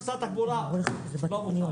ומשרד התחבורה לא מוכן.